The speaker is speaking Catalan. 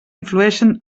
influeixen